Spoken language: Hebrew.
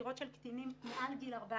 חקירות של קטינים מעל גיל 14